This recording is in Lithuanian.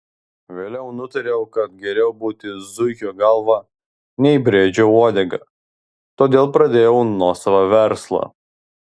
vėliau nutariau kad geriau būti zuikio galva nei briedžio uodega todėl pradėjau nuosavą verslą